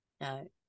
No